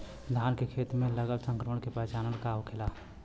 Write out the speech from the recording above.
धान के खेत मे लगल संक्रमण के पहचान का होखेला?